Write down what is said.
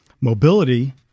Mobility